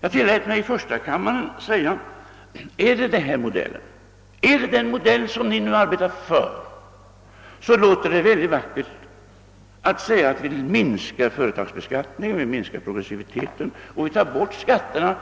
Jag tillät mig i första kammaren säga: Det låter för all del mycket vackert att säga att ni vill minska beskattningen och minska progressiviteten och ta bort skatterna